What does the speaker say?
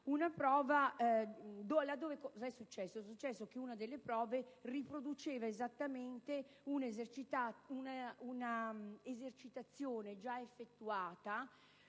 Cosa è successo? Una delle prove riproduceva esattamente un'esercitazione già effettuata